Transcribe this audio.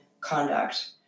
conduct